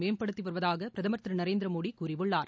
மேம்படுத்தி வருவதாக பிரதமர் திரு நரேந்திரமோடி கூறியுள்ளார்